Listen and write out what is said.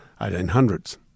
1800s